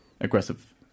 aggressive